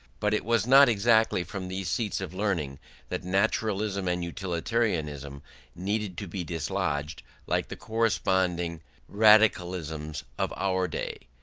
but it was not exactly from these seats of learning that naturalism and utilitarianism needed to be dislodged like the corresponding radicalisms of our day,